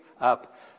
up